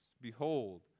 Behold